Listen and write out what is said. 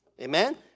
Amen